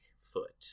foot